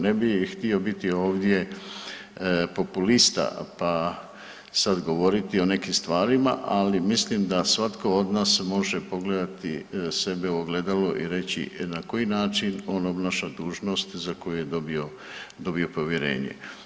Ne bi htio biti ovdje populista, pa sad govoriti o nekim stvarima, ali mislim da svatko od nas može pogledati sebe u ogledalo i reći na koji način on obnaša dužnost za koju je dobio, dobio povjerenje.